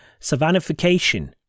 Savannification